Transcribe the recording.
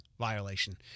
violation